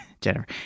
Jennifer